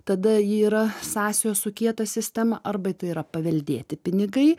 tada yra sąsajos su kieta sistema arba tai yra paveldėti pinigai